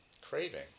craving